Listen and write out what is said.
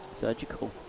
surgical